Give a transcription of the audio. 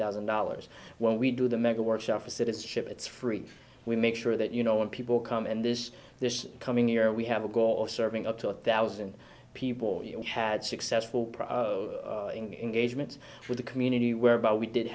thousand dollars when we do the mega workshop for citizenship it's free we make sure that you know when people come in this this coming year we have a goal of serving up to a thousand people you had successful proud of engagements for the community whereby we did